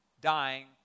dying